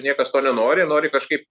niekas to nenori nori kažkaip